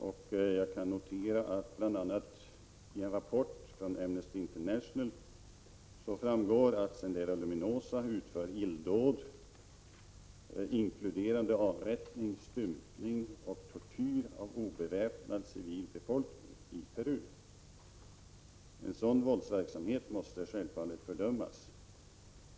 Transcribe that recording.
Vidare kan jag notera att det bl.a. av en rapport från Amnesty International framgår att Sendero Luminoso utför illdåd i Peru — inkluderande avrättning, stympning och tortyr av obeväpnad civil befolkning. En sådan våldsverksamhet måste självfallet fördömas.